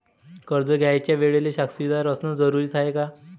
कर्ज घ्यायच्या वेळेले साक्षीदार असनं जरुरीच हाय का?